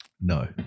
No